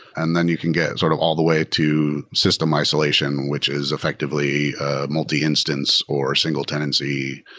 and then you can get sort of all the way to system isolation, which is effectively a multi instance or single tenancy,